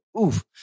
Oof